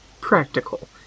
practical